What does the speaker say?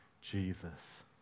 Jesus